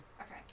Okay